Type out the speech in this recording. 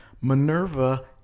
Minerva